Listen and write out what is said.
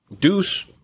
Deuce